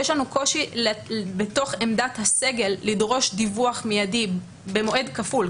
יש לנו קושי בתוך עמדת הסגל לדרוש דיווח מיידי במועד כפול,